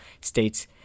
states